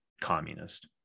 communist